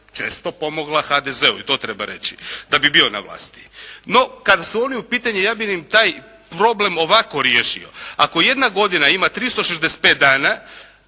često pomogla HDZ-u, i to treba reći, da bi bilo na vlasti. No kad su oni u pitanju, ja bi im taj problem ovako riješio. Ako jedna godina ima 365 dana,